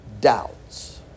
doubts